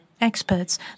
experts